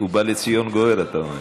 הגענו לזמנים טובים.